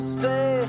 say